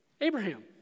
Abraham